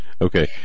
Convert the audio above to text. okay